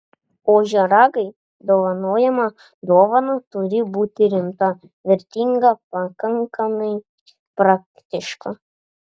ožiaragiui dovanojama dovana turi būti rimta vertinga pakankamai praktiška